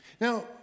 Now